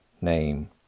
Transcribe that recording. name